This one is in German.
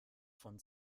von